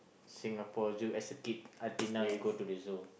Singapore Zoo as a kid until now you go to the zoo